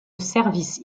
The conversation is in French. service